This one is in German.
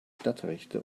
stadtrechte